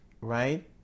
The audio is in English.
right